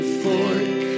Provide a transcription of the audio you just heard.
fork